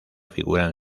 figuran